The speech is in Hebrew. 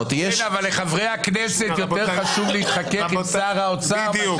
לחברי הכנסת יותר חשוב להתחכך עם שר האוצר מאשר